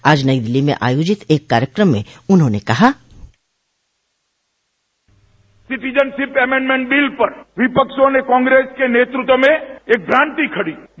आज नई दिल्ली में आयोजित एक कार्यक्रम में उन्होंने कहा बाइट सिटिजनशिप एमेंडमेंड बिल पर विपक्षों ने कांग्रेस के नेतृत्व में एक भ्रांति खड़ी कर दी